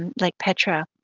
like petra,